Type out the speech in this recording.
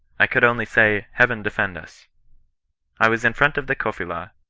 i could only say, heaven defend us i was in front of the kofila,